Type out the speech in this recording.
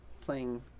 playing